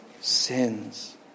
sins